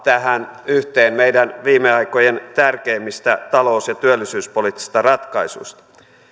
tähän yhteen meidän viime aikojen tärkeimmistä talous ja työllisyyspoliittisista ratkaisuista